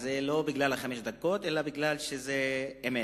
זה לא בגלל חמש הדקות, אלא כי זאת האמת.